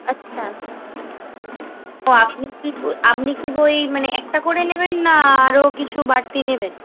আচ্ছা তো আপনি কি বই আপনি কি বই মানে একটা করে নেবেন না আরও কিছু বাড়তি নেবেন